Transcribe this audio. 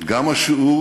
גם השיעור